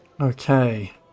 Okay